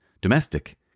domestic